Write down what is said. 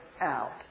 out